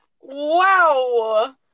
Wow